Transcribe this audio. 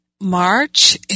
March